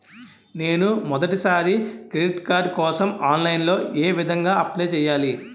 నేను మొదటిసారి credit card కోసం ఆన్లైన్ లో ఏ విధంగా అప్లై చేయాలి?